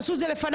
עשו את זה לפניו,